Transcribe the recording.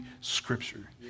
Scripture